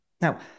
Now